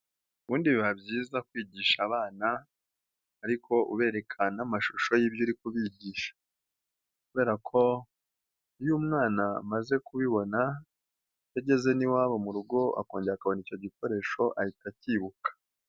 Ubundi biba byiza kwigisha abana ariko ubereka n'amashusho y'ibyo uri kubigisha kubera ko iyo umwana amaze kubibona iyo ageze n'iwabo mu rugo akongera akabona icyo gikoresho ahita akibuka.